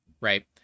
right